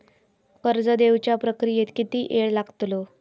कर्ज देवच्या प्रक्रियेत किती येळ लागतलो?